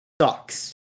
sucks